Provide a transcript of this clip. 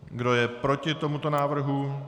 Kdo je proti tomuto návrhu?